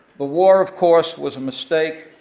the war, of course, was a mistake.